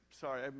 sorry